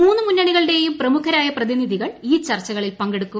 മൂന്ന് മുന്നണികളുടെയും പ്രമുഖരായ പ്രതിനിധികൾ ഈ ചർച്ചകളിൽ പങ്കെടുക്കും